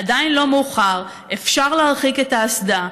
עדיין לא מאוחר, אפשר להרחיק את האסדה.